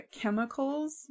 chemicals